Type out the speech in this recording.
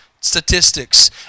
statistics